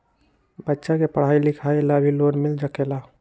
बच्चा के पढ़ाई लिखाई ला भी लोन मिल सकेला?